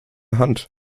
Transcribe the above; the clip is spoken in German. hand